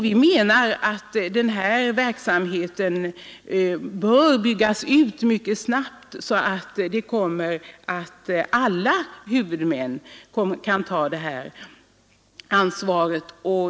Vi menar att den här verksamheten bör byggas ut mycket snabbt, så att alla huvudmän kan få ta detta ansvar.